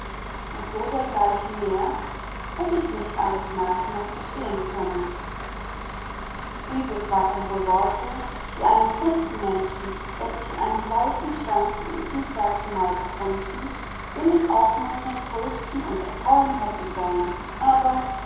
und so dergleichen mehr daß ich nicht alles merken noch verstehen können dieses waren wohl worte die einen christenmenschen der sich in einem solchen stand wie ich mich dazumal befunden billig aufmuntern trösten und erfreuen hätten sollen aber